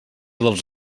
dels